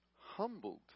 humbled